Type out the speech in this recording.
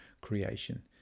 creation